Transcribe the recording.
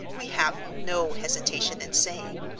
we have no hesitation in saying,